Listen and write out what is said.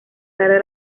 tarde